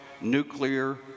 nuclear